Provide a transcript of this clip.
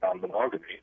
monogamy